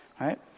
right